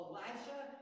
Elijah